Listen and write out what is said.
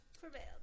prevailed